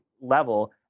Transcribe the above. level